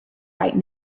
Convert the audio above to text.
right